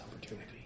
opportunity